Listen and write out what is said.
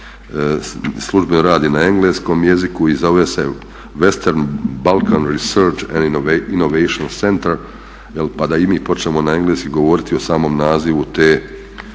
službeno radi na engleskom jezikom i zove se western balkan resorts and innovation center pa da i mi počnemo na engleski govoriti o samom nazivu te